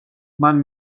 მან